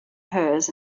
hers